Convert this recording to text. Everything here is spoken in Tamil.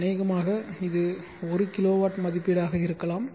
அநேகமாக இது 1 கிலோவாட் மதிப்பீடாக இருக்கலாம்